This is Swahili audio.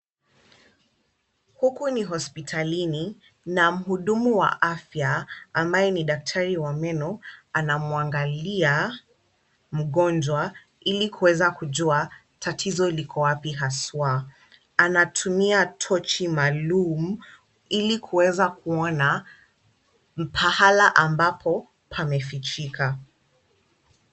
Huku ni hospitalini na mhudumu wa afya ambaye ni daktari wa meno anamwangalia mgonjwa ili kuweza kujua tatizo liko wapi haswa. Anatumia tochi maalum ili kuweza kuona pahala ambapo pamefichika.